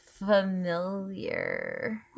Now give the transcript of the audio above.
familiar